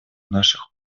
наших